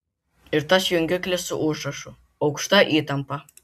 ir tas jungiklis su užrašu aukšta įtampa